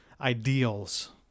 ideals